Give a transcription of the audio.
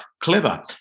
clever